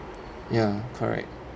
ya correct